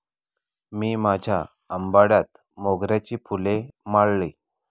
मी माझ्या आंबाड्यात मोगऱ्याची फुले माळली